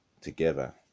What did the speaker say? together